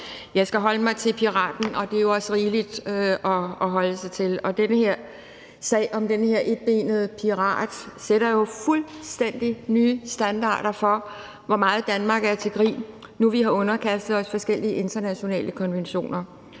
jeg skal holde mig til piraten, og det er jo også rigeligt at holde sig til. Den her sag om den her etbenede pirat sætter jo fuldstændig nye standarder for, hvor meget Danmark er til grin, nu vi har underkastet os forskellige internationale konventioner,